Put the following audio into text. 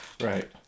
Right